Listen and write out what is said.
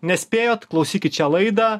o nespėjot klausykit šią laidą